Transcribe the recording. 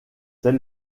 c’est